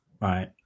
right